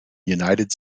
united